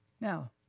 Now